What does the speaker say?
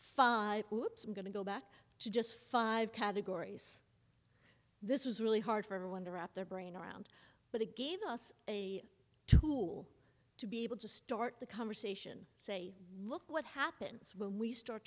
five groups i'm going to go back to just five categories this was really hard for a wonder at their brain around but it gave us a tool to be able to start the conversation say look what happens when we start